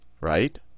right